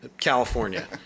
California